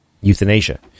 euthanasia